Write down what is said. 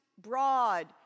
broad